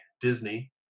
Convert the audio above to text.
Disney